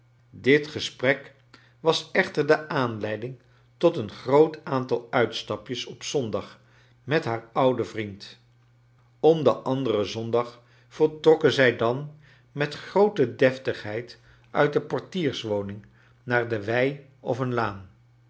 dit gesprek was echter de aanlciding tot een groot aantal uitstapjes op zondag met haar ouden vriend om den anderen zondag vertrokken zij dan met groote deftigheid uit de portierswoning naar een wei of een laan